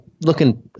looking